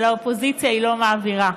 ולאופוזיציה היא לא מעבירה,